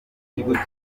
cy’igihugu